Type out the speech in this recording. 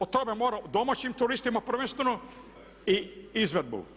O tome mora domaćim turistima prvenstveno i izvedbu.